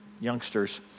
youngsters